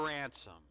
ransom